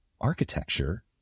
architecture